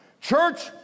Church